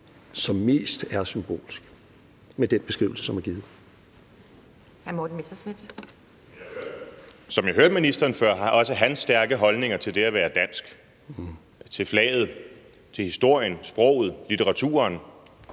Kl. 11:05 Morten Messerschmidt (DF): Som jeg hørte ministeren før, har også han stærke holdninger til det at være dansk, til flaget, historien, sproget, litteraturen,